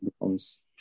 becomes